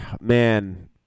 man